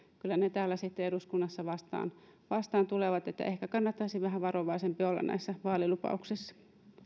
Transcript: kyllä ne täällä eduskunnassa vastaan vastaan tulevat että ehkä kannattaisi vähän varovaisempi olla vaalilupauksissa